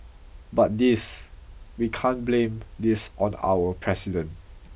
but this we can't blame this on our president